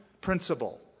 principle